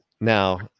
Now